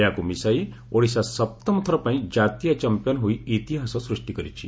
ଏହାକୁ ମିଶାଇ ଓଡ଼ିଶା ସପ୍ତମଥର ପାଇଁ ଜାତୀୟ ଚାମ୍ମିୟନ୍ ହୋଇ ଇତିହାସ ସୃଷ୍ଟି କରିଛି